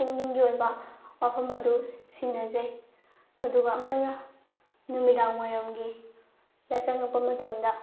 ꯄꯨꯛꯅꯤꯡꯒꯤ ꯑꯣꯏꯕ ꯋꯥꯐꯝ ꯑꯗꯨ ꯁꯤꯟꯅꯖꯩ ꯑꯗꯨꯒ ꯑꯃꯅ ꯅꯨꯃꯤꯗꯥꯡ ꯋꯥꯏꯔꯥꯝꯒꯤ ꯌꯥꯆꯪꯉꯛꯄ ꯃꯇꯝꯗ